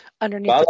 underneath